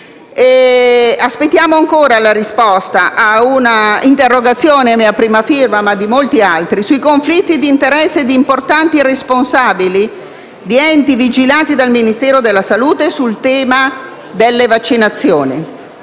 Aspettiamo ancora la risposta ad un'interrogazione a mia prima firma, firmata anche da molti altri senatori, sui conflitti di interesse di importanti responsabili di enti vigilati dal Ministero della salute sul tema delle vaccinazioni,